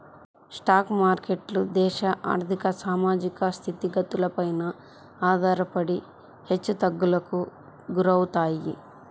stock మార్కెట్లు దేశ ఆర్ధిక, సామాజిక స్థితిగతులపైన ఆధారపడి హెచ్చుతగ్గులకు గురవుతాయి